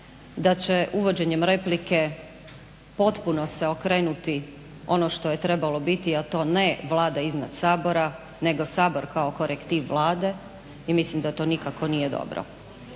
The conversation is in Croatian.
da će uvođenjem replike potpuno se okrenuti ono što je trebalo biti a to ne Vlada iznad Sabora nego Sabor kao korektiv Vlade i mislim da to nikako nije dobro.